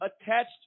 attached